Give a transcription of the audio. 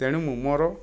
ତେଣୁ ମୁଁ ମୋର